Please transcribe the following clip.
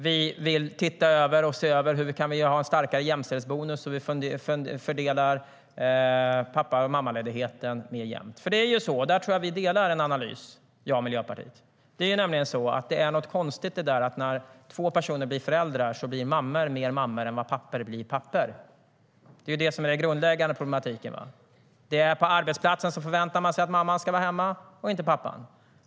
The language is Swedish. Vi vill se över hur vi kan få en starkare jämställdhetsbonus och hur vi fördelar föräldraledigheten mer jämnt. Jag tror att jag och Miljöpartiet delar en analys. Det är nämligen så att det är något konstigt att när två personer blir föräldrar blir mammor mer mammor än vad pappor blir pappor. Det är det som är den grundläggande problematiken. På arbetsplatsen förväntar man sig att mamman ska vara hemma och inte pappan.